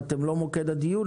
אתם לא מוקד הדיון,